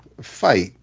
fight